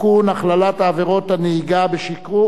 שהיא זו שקבעה את חוק חובת המכרזים,